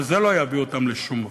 אבל זה לא יביא אותם לשום מקום.